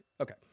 Okay